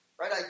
right